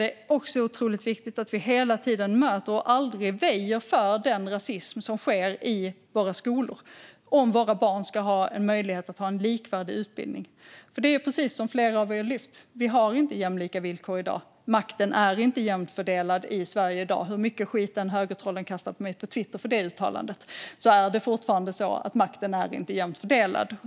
Det är otroligt viktigt att vi hela tiden möter och aldrig väjer för den rasism som sker i våra skolor om våra barn ska ha möjlighet att få en likvärdig utbildning, för precis som flera av frågeställarna har lyft fram har vi inte jämlika villkor i dag. Makten är inte jämnt fördelad i Sverige i dag - hur mycket skit högertrollen än kastar på mig på Twitter för det uttalandet är det fortfarande så att makten inte är jämnt fördelad.